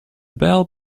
bell